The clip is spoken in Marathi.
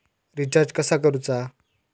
रिचार्ज कसा करूचा?